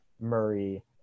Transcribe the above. Murray